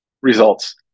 Results